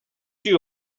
you